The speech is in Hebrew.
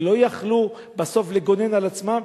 לא יכלו בסוף לגונן על עצמם,